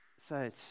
Third